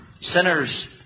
Sinners